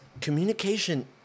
communication